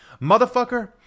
Motherfucker